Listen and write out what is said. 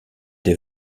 des